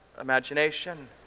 imagination